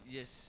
Yes